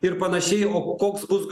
ir panašiai o koks bus